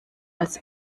als